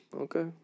Okay